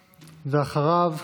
ואחריו,